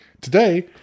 Today